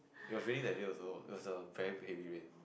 it was raining that day also it was a very heavy rain